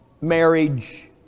marriage